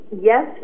yes